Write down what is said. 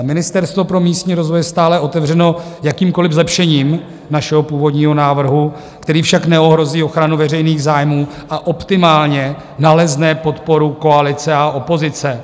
Ministerstvo pro místní rozvoj je stále otevřeno jakýmkoliv zlepšením našeho původního návrhu, který však neohrozí ochranu veřejných zájmů a optimálně nalezne podporu koalice a opozice.